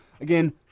again